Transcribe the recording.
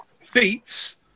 feats